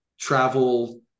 travel